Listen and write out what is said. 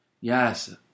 Yes